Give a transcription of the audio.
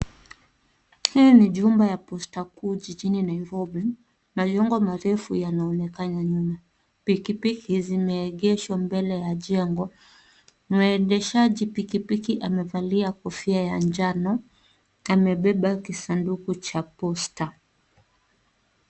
Hii ni jumba ya Posta kuu jijini Nairobi, majengo marefu yanaonekana nyuma. Pikipiki zimeegeshwa mbele ya jengo, mwendeshaji pikipiki amevalia kofia ya njano. Amebeba kisanduku cha Posta.